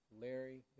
Larry